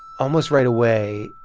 almost right away,